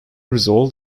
result